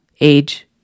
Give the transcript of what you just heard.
age